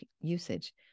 usage